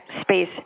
space